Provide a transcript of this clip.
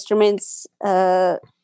instruments